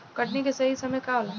कटनी के सही समय का होला?